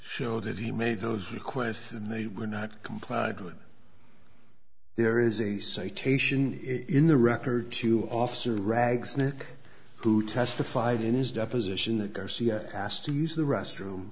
show that he made those requests and they were not complied with there is a citation in the record to officer rags nick who testified in his deposition that garcia asked to use the restroom